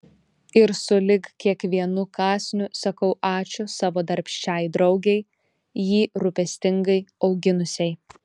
ir sulig kiekvienu kąsniu sakau ačiū savo darbščiai draugei jį rūpestingai auginusiai